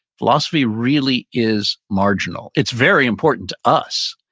philosophy really is marginal. it's very important to us,